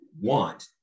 want